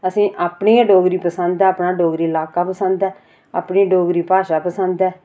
असें अपनी गै डोगरी पसंद ऐ अपना डोगरी ल्हाका पसंद ऐ अपनी डोगरी भाषा पसंद ऐ